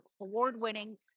award-winning